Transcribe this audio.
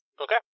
Okay